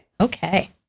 okay